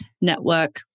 network